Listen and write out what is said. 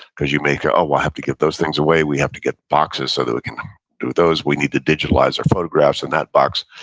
because you make, ah oh, i have to give those things away, we have to get boxes so that we can do those. we need to digitalize our photographs in that box.